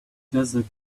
desert